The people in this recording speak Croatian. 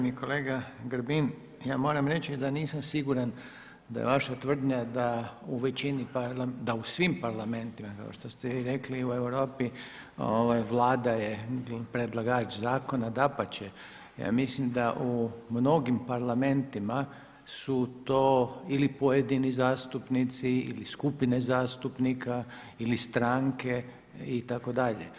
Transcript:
Uvaženi kolega Grbin, ja moram reći da nisam siguran da je vaša tvrdnja da u svim parlamentima kao što ste vi rekli u Europi Vlada je predlagač zakona, dapače, ja mislim da u mnogim parlamentima su to ili pojedini zastupnici ili skupine zastupnika ili stranke itd.